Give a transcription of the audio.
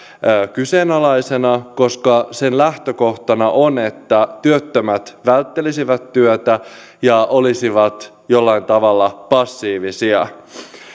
kyseenalaisena koska sen lähtökohtana on että työttömät välttelisivät työtä ja olisivat jollain tavalla passiivisia